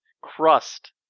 Crust